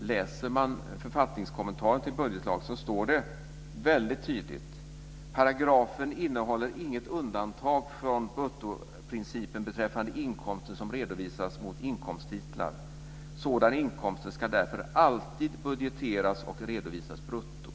Läser man författningskommentaren till budgetlag står det tydligt: "Paragrafen innehåller inget undantag från bruttoprincipen beträffande inkomster som redovisas mot inkomsttitlar. Sådana inkomster skall därför alltid budgeteras och redovisas brutto."